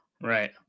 right